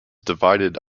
divided